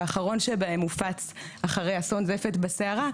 כשהאחרון שבהם הופץ אחרי אסון זפת בסערה,